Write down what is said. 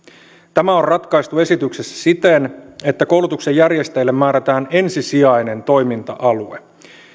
tämä on ratkaistu esityksessä siten että koulutuksen järjestäjille määrätään ensisijainen toiminta alue